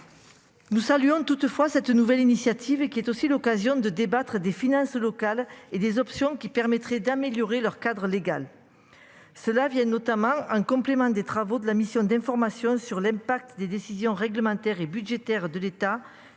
Nous saluons toutefois cette nouvelle initiative et qui est aussi l'occasion de débattre des finances locales et des options qui permettraient d'améliorer leur cadre légal. Ceux-là viennent notamment un complément des travaux de la mission d'information sur l'impact des décisions réglementaires et budgétaires de l'État